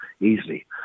easily